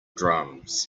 drums